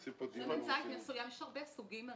יש הרבה סוגים.